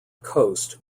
coast